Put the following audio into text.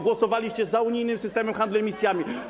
Głosowaliście za unijnym systemem handlu emisjami.